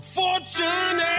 fortune